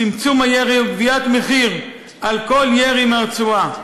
צמצום הירי וגביית מחיר על כל ירי מהרצועה,